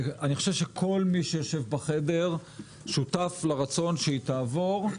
אני חושב שכל מי שיושב בחדר שותף לרצון שהיא תעבור.